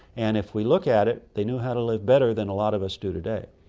and if we look at it they knew how to live better than a lot of us do today.